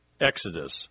Exodus